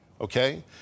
Okay